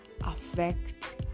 affect